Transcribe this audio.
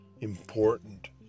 important